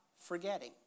forgetting